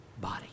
body